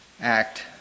act